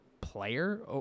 player